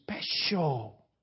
special